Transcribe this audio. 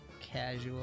Casual